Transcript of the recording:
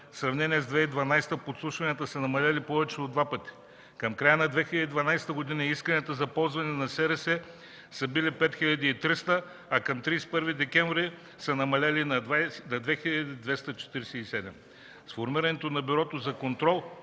сравнение с 2012-а, подслушванията са намалели повече от два пъти. Към края на 2012 г. исканията за ползване на СРС са били 5300, а към 31 декември са намалели на 2247. Със сформирането на Бюрото за контрол